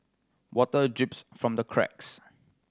water drips from the cracks